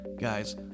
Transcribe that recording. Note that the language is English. guys